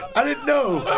i didn't know